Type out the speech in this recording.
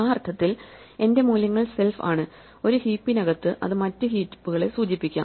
ആ അർത്ഥത്തിൽ എന്റെ മൂല്യങ്ങൾ സെൽഫ് ആണ് ഒരു ഹീപ്പിനകത്തു അത് മറ്റ് ഹീപ്പുകളെ സൂചിപ്പിക്കാം